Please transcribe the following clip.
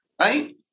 right